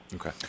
Okay